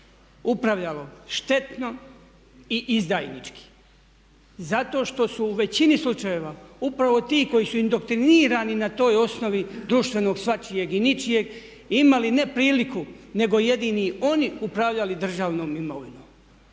upravljalo štetno i izdajnički zato što su u većini slučajeva upravo ti koji su indoktrinirani na toj osnovi društvenog, svačijeg i ničijeg imali ne priliku, nego jedini oni upravljali državnom imovinom.